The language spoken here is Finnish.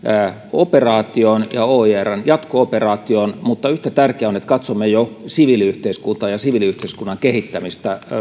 operaatioon ja oirn jatko operaatioon mutta yhtä tärkeää on että katsomme jo siviiliyhteiskuntaa ja siviiliyhteiskunnan kehittämistä